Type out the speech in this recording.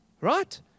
right